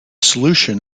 solution